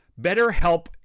BetterHelp